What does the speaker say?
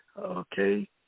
Okay